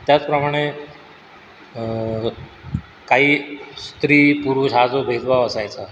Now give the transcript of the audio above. त्याचप्रमाणे काही स्त्री पुरुष हा जो भेदभाव असायचा